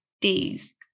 days